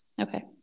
Okay